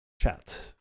Chat